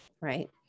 right